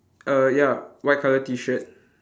err ya white colour T shirt